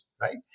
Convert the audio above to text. right